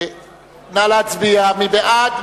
מי בעד?